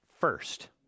first